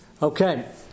Okay